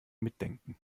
mitdenken